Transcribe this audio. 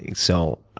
and so,